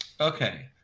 okay